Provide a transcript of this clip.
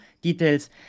details